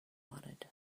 wanted